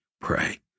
pray